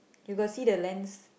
you got see the lens